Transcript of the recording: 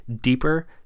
deeper